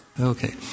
Okay